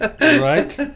Right